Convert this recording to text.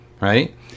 Right